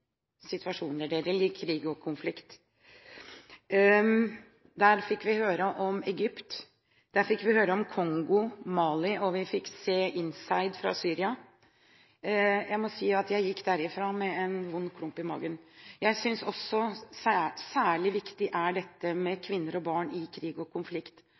situasjoner – krig og konflikt. Der fikk vi høre om Egypt, der fikk vi høre om Kongo og Mali, og vi fikk se «inside» fra Syria. Jeg må si at jeg gikk derfra med en vond klump i magen. Jeg synes også at det er særlig viktig med kvinner og barn i krig og konflikt,